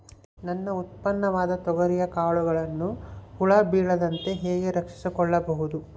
ನನ್ನ ಉತ್ಪನ್ನವಾದ ತೊಗರಿಯ ಕಾಳುಗಳನ್ನು ಹುಳ ಬೇಳದಂತೆ ಹೇಗೆ ರಕ್ಷಿಸಿಕೊಳ್ಳಬಹುದು?